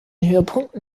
höhepunkten